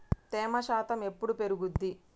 తేమ శాతం ఎప్పుడు పెరుగుద్ది?